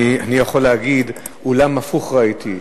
אני יכול להגיד: אולם הפוך ראיתי,